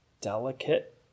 delicate